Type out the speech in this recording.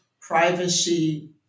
privacy